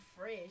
fresh